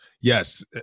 yes